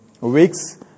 weeks